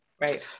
right